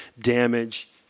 damage